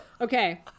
Okay